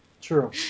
True